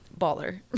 baller